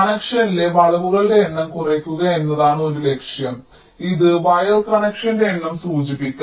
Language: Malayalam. കണക്ഷനിലെ വളവുകളുടെ എണ്ണം കുറയ്ക്കുക എന്നതാണ് ഒരു ലക്ഷ്യം ഇത് വയർ കണക്ഷന്റെ എണ്ണം സൂചിപ്പിക്കാം